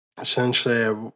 Essentially